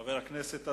חבר הכנסת אזולאי,